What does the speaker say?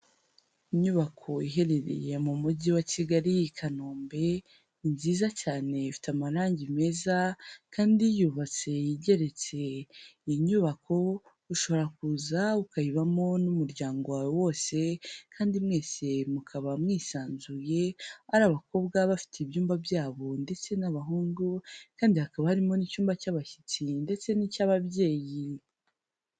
Inyubako iherereye mu Mujyi wa Kigali i Kanombe, ni nziza cyane ifite amarangi meza kandi yubatse igeretse. Iyi nyubako ushobora kuza ukayibamo n'umuryango wawe wose kandi mwese mukaba mwisanzuye, ari abakobwa bafite ibyumba byabo ndetse n'abahungu, kandi hakaba harimo n'icyumba cy'abashyitsi ndetse n'icy'ababyeyi.